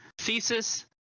Thesis